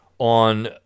on